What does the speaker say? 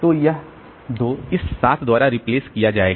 तो यह 2 इस 7 द्वारा रिप्लेस किया जाएगा